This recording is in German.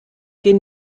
gehen